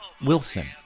Wilson